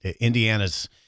Indiana's